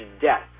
death